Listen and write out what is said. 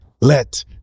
let